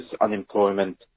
unemployment